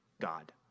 God